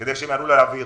כדי שהם יעלו לאוויר.